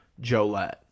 Jolette